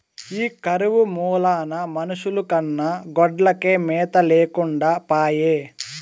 ఈ కరువు మూలాన మనుషుల కన్నా గొడ్లకే మేత లేకుండా పాయె